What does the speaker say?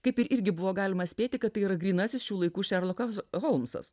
kaip ir irgi buvo galima spėti kad yra grynasis šių laikų šerlokas holmsas